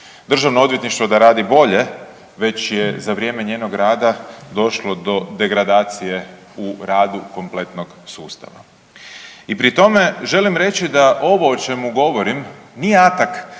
Državno odvjetništvo da radi bolje, već je za vrijeme njenog rada došlo do degradacije u radu kompletnog sustava. I pri tome želim reći da ovo o čemu govorim nije atak